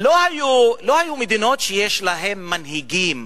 לא היו מדינות שיש להן מנהיגים